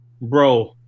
Bro